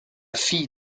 fille